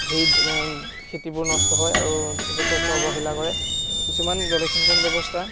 সেই খেতিবোৰ নষ্ট হয় আৰু যথেষ্ট অৱহেলা কৰে কিছুমান জলসিঞ্চন ব্যৱস্থা